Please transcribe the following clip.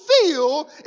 feel